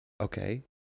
okay